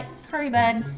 sorry bud.